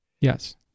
Yes